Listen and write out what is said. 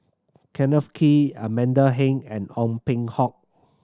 Kenneth Kee Amanda Heng and Ong Peng Hock